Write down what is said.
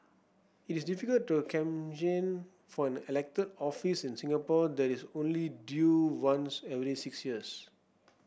it is difficult to for an elected office in Singapore that is only due once every six years